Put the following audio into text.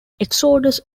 exodus